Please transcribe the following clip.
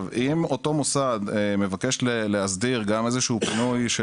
אם המוסד מבקש להסדיר גם איזשהו פינוי של